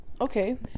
okay